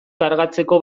kargatzeko